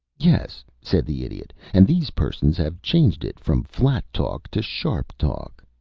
yes, said the idiot, and these persons have changed it from flat talk to sharp talk.